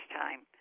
time